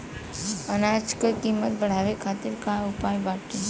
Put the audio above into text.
अनाज क कीमत बढ़ावे खातिर का उपाय बाटे?